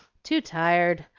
too tired.